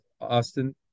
Austin